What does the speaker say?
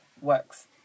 works